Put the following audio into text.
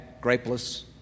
grapeless